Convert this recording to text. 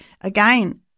again